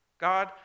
God